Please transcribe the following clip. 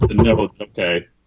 okay